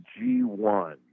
G1